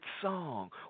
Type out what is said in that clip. song